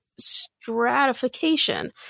stratification